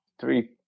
three